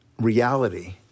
reality